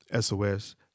SOS